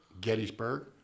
Gettysburg